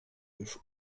już